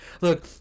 Look